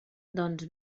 doncs